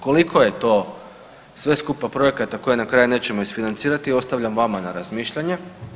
Koliko je to sve skupa projekata koje na kraju nećemo isfinancirati ostavljam vama na razmišljanje.